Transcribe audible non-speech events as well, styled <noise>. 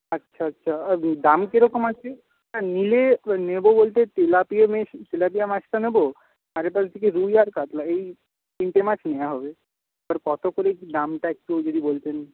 আচ্ছা আচ্ছা দাম কিরকম আছে নিলে নেব বলতে তেলাপিয়া <unintelligible> তেলাপিয়া মাছটা নেব আর এপাশ থেকে রুই আর কাতলা এই তিনটে মাছ নেওয়া হবে আর কত করে কি দামটা একটু যদি বলতেন